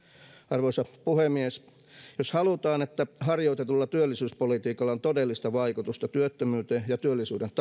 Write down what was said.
arvoisa puhemies jos halutaan että harjoitetulla työllisyyspolitiikalla on todellista vaikutusta työttömyyteen ja työllisyyden